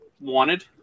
wanted